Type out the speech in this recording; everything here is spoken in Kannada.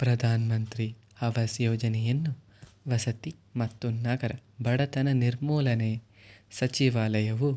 ಪ್ರಧಾನ ಮಂತ್ರಿ ಆವಾಸ್ ಯೋಜನೆಯನ್ನು ವಸತಿ ಮತ್ತು ನಗರ ಬಡತನ ನಿರ್ಮೂಲನೆ ಸಚಿವಾಲಯವು